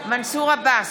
מנסור עבאס,